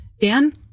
Dan